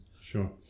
Sure